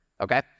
okay